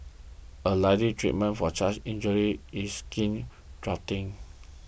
a likely treatment for such injuries is skin grafting